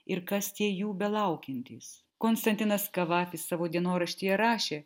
ir kas tie jų belaukiantys konstantinas kavafis savo dienoraštyje rašė